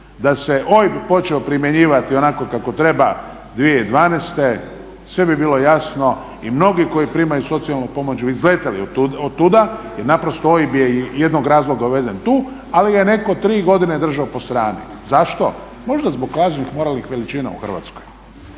da se OIB počeo primjenjivati onako kako treba 2012. sve bi bilo jasno i mnogi koji primaju socijalnu pomoć bi izletjeli od tuda jer naprosto OIB je iz jednog razloga uveden tu ali ga je netko 3 godine državo po strani. Zašto? Možda zbog lažnih moralnih veličina u Hrvatskoj.